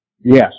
Yes